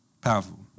powerful